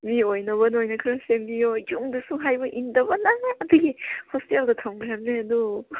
ꯃꯤ ꯑꯣꯏꯅꯕ ꯅꯣꯏꯅ ꯈꯔ ꯁꯦꯝꯕꯤꯌꯣ ꯌꯨꯝꯗꯁꯨ ꯍꯥꯏꯕ ꯏꯟꯗꯕꯅ ꯑꯗꯒꯤ ꯍꯣꯁꯇꯦꯜꯗ ꯊꯝꯈ꯭ꯔꯝꯃꯦ ꯑꯗꯨ